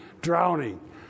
drowning